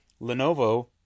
Lenovo